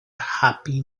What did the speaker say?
happy